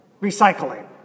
recycling